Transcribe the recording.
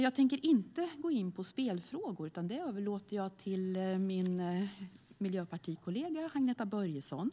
Jag tänker inte gå in på spelfrågor, utan dem överlåter jag till min miljöpartikollega Agneta Börjesson.